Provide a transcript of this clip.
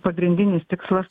pagrindinis tikslas